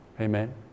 Amen